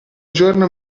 giorno